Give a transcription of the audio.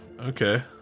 okay